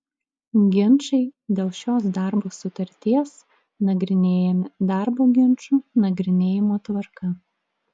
ginčai dėl šios darbo sutarties nagrinėjami darbo ginčų nagrinėjimo tvarka